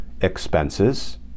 expenses